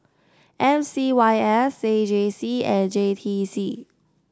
M C Y S A J C and J T C